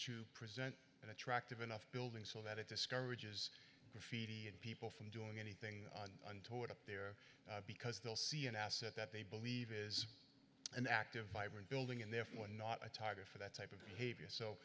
to present an attractive enough building so that it discourages the fijian people from doing anything untoward up there because they'll see an asset that they believe is an active vibrant building and therefore not a target for that type of behavior so